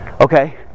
okay